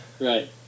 Right